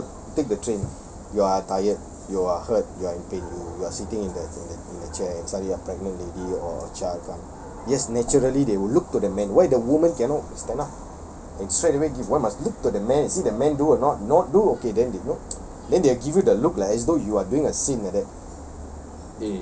ya example you take the train you're tired you are hurt you are in pain you you are sitting in that in that in that chair and suddenly pregnant lady or a child come yes naturally they would look to the men why the woman cannot stand up and straightaway give why must look to the man and see the man do or not not do okay then they you know then they'll give you the look like as though you are doing a sin like that